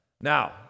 Now